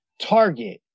target